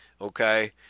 Okay